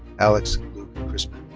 alex luke crispin.